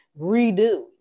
redo